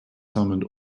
summoned